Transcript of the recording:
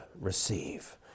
receive